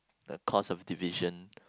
the cause of division